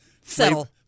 Settle